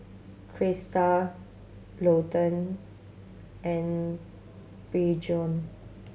Krysta Lawton and Bjorn